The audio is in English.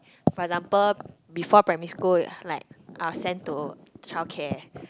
for example before primary school like are sent to childcare